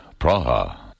Praha